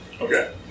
Okay